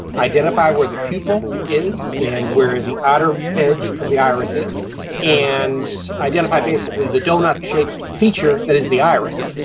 identify where the pupil is and where the outer edge of the iris is and identify basically the doughnut-shaped feature that is the iris,